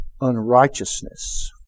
Unrighteousness